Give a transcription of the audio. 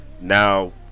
Now